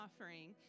offering